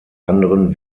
anderen